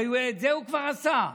הרי את זה הוא כבר עשה.